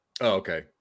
Okay